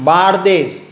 Bardez